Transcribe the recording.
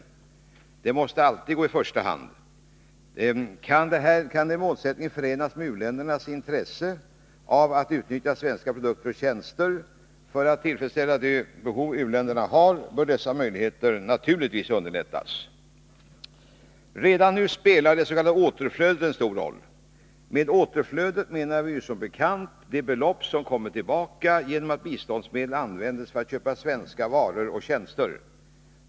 Detta måste alltid gå i första hand. Kan denna målsättning förenas med u-ländernas intresse beträffande utnyttjandet av svenska produkter och tjänster, för att tillfredsställa de behov som u-länderna har, bör möjligheterna till detta naturligtvis underlättas. Redan nu spelar det s.k. återflödet en stor roll. Med återflödet menar vi som bekant det belopp som kommer tillbaka genom att biståndsmedel används för att köpa svenska varor och tjänster.